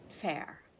fair